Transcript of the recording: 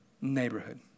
neighborhood